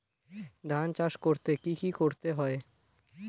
ধান চাষ করতে কি কি করতে হয়?